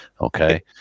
Okay